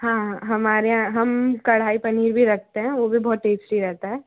हाँ हमारे यहाँ हम कढ़ाई पनीर भी रखते हैं वो भी बहुत टेस्टी रहता है